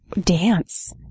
dance